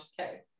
Okay